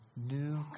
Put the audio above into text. new